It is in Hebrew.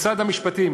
משרד המשפטים